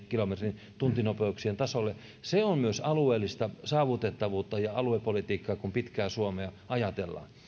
kilometrin tuntinopeuksien tasolle se on myös alueellista saavutettavuutta ja aluepolitiikkaa kun pitkää suomea ajatellaan